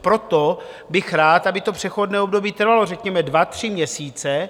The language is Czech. Proto bych rád, aby to přechodné období trvalo řekněme dva, tři měsíce.